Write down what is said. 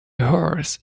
horse